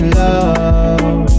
love